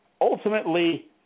Ultimately